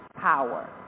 power